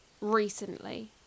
Recently